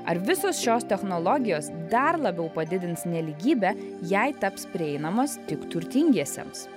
ar visos šios technologijos dar labiau padidins nelygybę jei taps prieinamos tik turtingiesiems